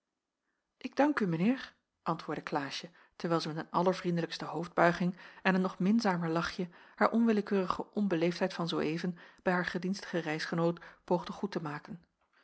ik dank u mijn heer antwoordde klaasje terwijl zij met een allervriendelijkste hoofdbuiging en een nog minzamer lachje haar onwillekeurige onbeleefdheid van zoo even bij haar gedienstigen reisgenoot poogde goed te maken